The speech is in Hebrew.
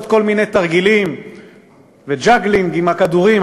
כל מיני תרגילים וג'אגלינג עם הכדורים,